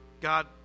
God